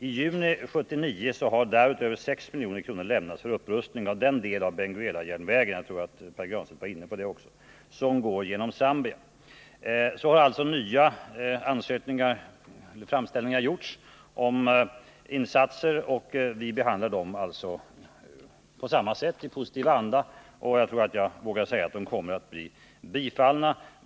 I juni 1979 har därutöver 6 milj.kr. lämnats för upprustning av den del av Benguelajärnvägen som går genom Zambia. Sedan har alltså nya framställningar gjorts om svenska insatser. Vi behandlar dem i positiv anda, och jag tror att jag vågar säga att de kommer att bli bifallna.